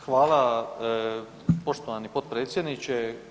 Hvala poštovani potpredsjedniče.